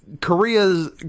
korea's